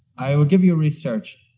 i will give you research.